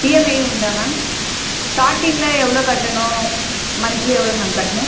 இஎம்ஐயும் உண்டா மேம் ஸ்டார்ட்டிங்க்ல எவ்வளோ கட்டணும் மன்த்லி எவ்வளோ மேம் கட்டணும்